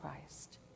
Christ